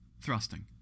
thrusting